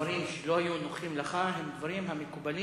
הדברים שלא היו נוחים לך הם דברים המקובלים